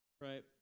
right